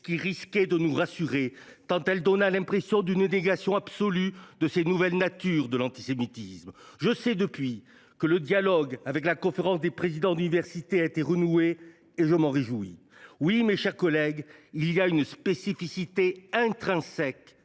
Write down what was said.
qui risquait de nous rassurer, tant elle a donné l’impression d’un déni absolu de ces nouvelles natures de l’antisémitisme. Je sais que le dialogue avec France Universités a été renoué depuis, et je m’en réjouis. Oui, mes chers collègues, il y a une spécificité intrinsèque